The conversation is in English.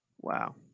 Wow